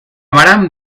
vàrem